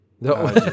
no